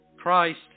Christ